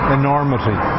enormity